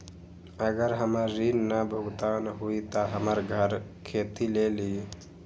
अगर हमर ऋण न भुगतान हुई त हमर घर खेती लेली?